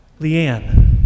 Leanne